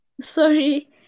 Sorry